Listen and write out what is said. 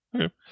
okay